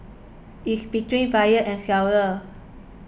is between buyer and seller